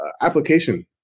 application